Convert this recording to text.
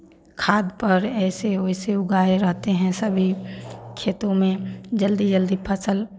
खाद पर ऐसे वैसे उगाई रहते हैं सभी खेतों में जल्दी जल्दी फ़सल